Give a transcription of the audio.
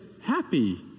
happy